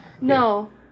No